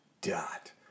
dot